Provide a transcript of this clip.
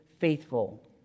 faithful